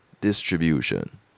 distribution